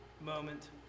Moment